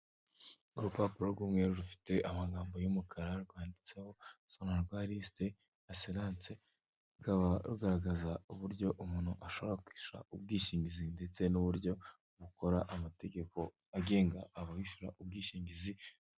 Urupapuro rw'umweru rufite amagambo y'umukara, rwanditseho sonarwa risite asiranse, rukaba rugaragaza uburyo umuntu ashobora kwishyura ubwishingizi ndetse n'uburyo bukora amategeko agenga abishyura ubwishingizi